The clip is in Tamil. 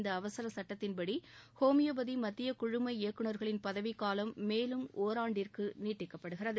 இந்த அவசரச் சுட்டத்தின்படி ஹோமியோபதி மத்திய குழும இயக்குநர்களின் பதவிக் காலம் மேலும் ஒராண்டிற்கு நீட்டிக்கப்படுகிறது